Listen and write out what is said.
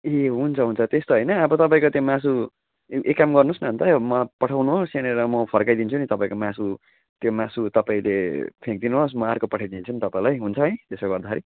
ए हुन्छ हुन्छ त्यस्तो होइन अब तपईँको त्यो मासु एक काम गर्नुहोस् न अन्त म पठाउनुहोस् यहाँनिर म फर्काइदिन्छु नि तपाईँको मासु त्यो मासु तपाईँले फ्याँकिदिनुहोस् म अर्को पठाइदिन्छु नि तपईँलाई हुन्छ है त्यसो गर्दाखेरि